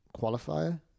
qualifier